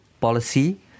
policy